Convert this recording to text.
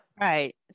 right